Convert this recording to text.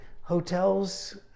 Hotels